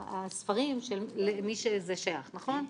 הספרים, למי שזה שייך, נכון?